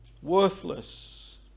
worthless